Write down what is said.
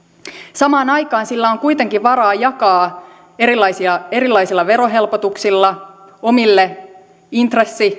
samaan aikaan sillä on kuitenkin varaa jakaa erilaisilla verohelpotuksilla omille intressi